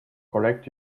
correct